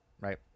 Right